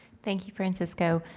thank you, francisco.